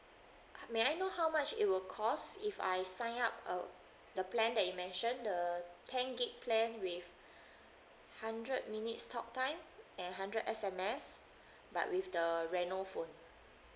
may I know how much it will cost if I sign up uh the plan that you mentioned the ten gig plan with hundred minutes talk time and hundred S_M_S but with the reno phone